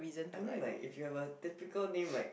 I mean like if you have a typical name like